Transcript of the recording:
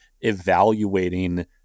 evaluating